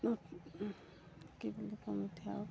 কি বুলি কম এতিয়া আৰু